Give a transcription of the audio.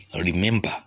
Remember